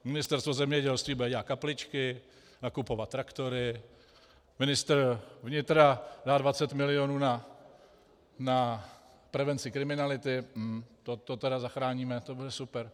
Ministerstvo zemědělství bude dělat kapličky, nakupovat traktory, ministr vnitra dá 20 mil. na prevenci kriminality hm, to to teda zachráníme, to bude super!